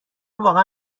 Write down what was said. واقعا